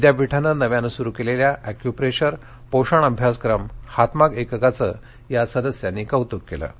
विद्यापीठानं नव्यानं सुरू कलिल्खा अॅक्यूप्रधारे पोषण अभ्यासक्रम हातमाग एककाचं या सदस्यांनी कौतूक कलि